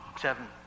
seven